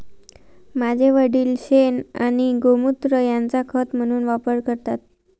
माझे वडील शेण आणि गोमुत्र यांचा खत म्हणून वापर करतात